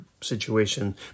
situation